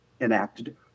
enacted